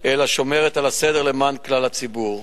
אלא שומרת על הסדר למען כלל הציבור.